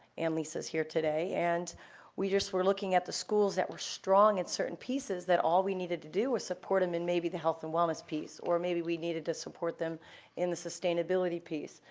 and lisa's here today, and we just were looking at the schools that were strong in certain pieces that all we needed to do was support them in maybe the health and wellness piece, or maybe we needed to support them in the sustainability piece,